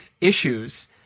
issues